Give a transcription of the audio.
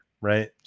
right